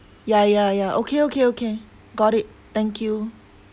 ya ya ya okay okay okay got it thank you